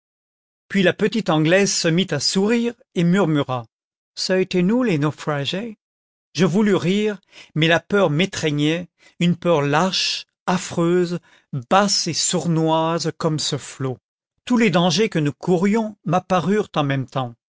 puis la petite anglaise se mit à sourire et murmura ce été nous les naufragés je voulus rire mais la peur m'étreignait une peur lâche affreuse basse et sournoise comme ce flot tous les dangers que nous courions m'apparurent en même temps